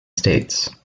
states